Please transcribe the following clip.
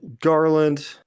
Garland